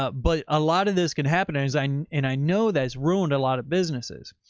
ah but a lot of this can happen in his eye. and i know that it's ruined a lot of businesses.